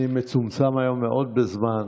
אני מצומצם היום מאוד בזמן.